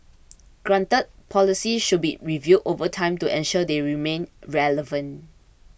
granted policies should be reviewed over time to ensure they remain relevant